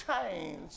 change